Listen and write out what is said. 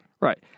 Right